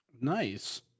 nice